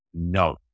No